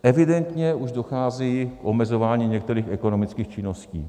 Evidentně už dochází k omezování některých ekonomických činností.